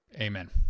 amen